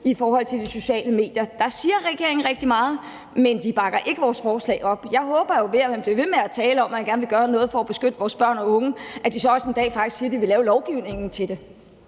i forhold til de sociale medier. Der siger regeringen rigtig meget, men de bakker ikke vores forslag op. Jeg håber jo, at de, når de bliver ved med at tale om, at de gerne vil gøre noget for at beskytte vores børn og unge, så også en dag siger, at de faktisk vil lave lovgivningen til det.